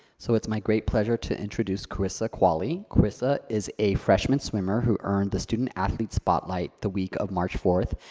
so, it's my great pleasure to introduce karissa qualley. karissa is a freshman swimmer who earned the student athlete spotlight the week of march fourth,